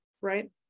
Right